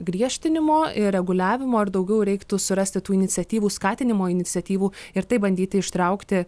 griežtinimo ir reguliavimo ir daugiau reiktų surasti tų iniciatyvų skatinimo iniciatyvų ir taip bandyti ištraukti